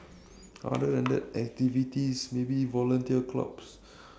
other than that activities maybe volunteer clubs